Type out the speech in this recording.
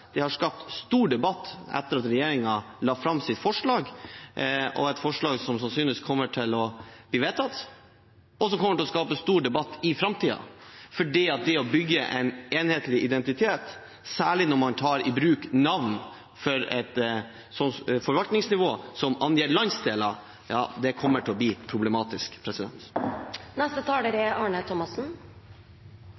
Det har skapt stor debatt etter at regjeringen la fram sitt forslag, et forslag som sannsynligvis kommer til å bli vedtatt, og som kommer til å skape stor debatt i framtiden, for det å bygge en enhetlig identitet, særlig når man tar i bruk navn for et forvaltningsnivå som gjelder landsdeler – ja, det kommer til å bli problematisk.